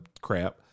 crap